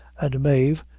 and mave,